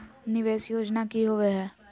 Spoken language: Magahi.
निवेस योजना की होवे है?